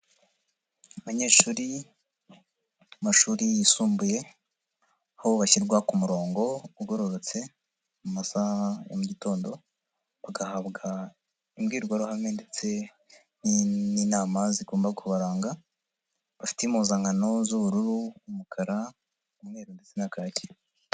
Abanyeshuri bo mu mashuri yisumbuye aho bashyirwa ku murongo ugororotse mu masaha ya mu gitondo bagahabwa imbwirwaruhame ndetse n'inama zigomba kubaranga bafite impuzankano z'ubururu, umukara, umweru ndetse na kaki.